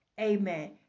Amen